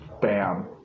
Bam